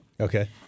Okay